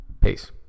Peace